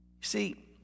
See